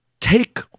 Take